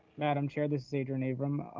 madam chair, this is adrian avram.